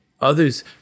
others